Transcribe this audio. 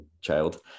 child